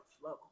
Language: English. flow